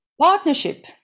Partnership